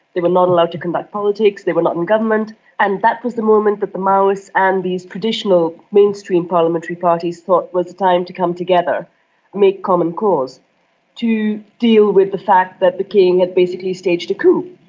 they were not allowed to conduct politics, they were not in government and that was the moment that the maoists and these traditional mainstream parliamentary parties thought was the time to come together and make common cause to deal with the fact that the king had basically staged a coup.